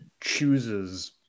chooses